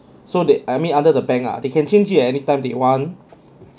so the I mean under the bank ah they can change it anytime they want